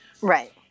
Right